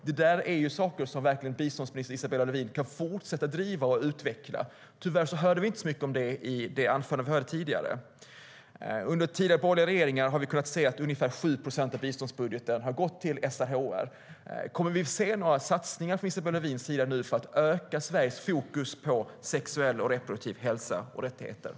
Detta är saker som biståndsminister Isabella Lövin verkligen kan fortsätta driva och utveckla. Tyvärr hörde vi inte så mycket om det i det anförande som hon höll tidigare. Under tidigare borgerliga regeringar har vi kunnat se att ungefär 7 procent av biståndsbudgeten har gått till SRHR. Kommer vi att få se några satsningar från Isabella Lövins sida nu för att öka Sveriges fokus på sexuell och reproduktiv hälsa och rättigheter?